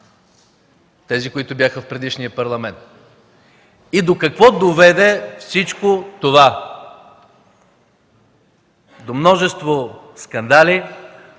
тези, които бяха в предишния Парламент? До какво доведе всичко това? До множество скандали,